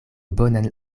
bonan